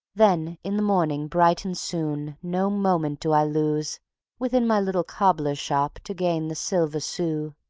then in the morning bright and soon, no moment do i lose within my little cobbler's shop to gain the silver sous.